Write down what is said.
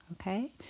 Okay